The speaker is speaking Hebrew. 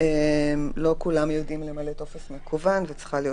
לא כולם יודעים למלא טופס מקוון וצריכה להיות